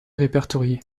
répertoriée